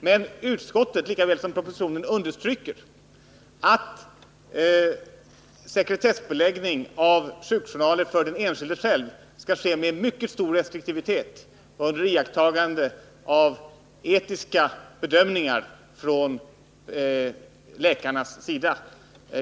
Men i utskottets betänkande lika väl som i propositionen understryks att sekretessbeläggning av sjukjournaler för den enskilde själv skall ske med mycket stor restriktivitet och under iakttagande av etiska bedömningar från läkarnas sida.